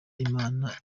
imana